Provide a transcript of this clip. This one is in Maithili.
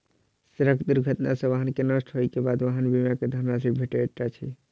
सड़क दुर्घटना सॅ वाहन के नष्ट होइ के बाद वाहन बीमा के धन राशि भेटैत अछि